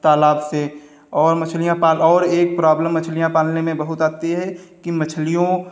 तालाब से और मछलियाँ पाल और एक प्रॉब्लम मछलियाँ पालने में बहुत आती है कि मछलियों